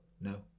No